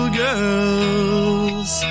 girls